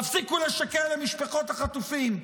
תפסיקו לשקר למשפחות החטופים.